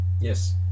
Yes